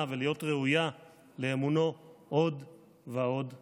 ולהיות ראויה לאמונו עוד ועוד ועוד.